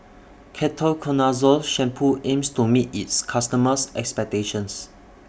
Ketoconazole Shampoo aims to meet its customers' expectations